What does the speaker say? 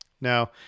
now